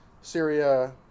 Syria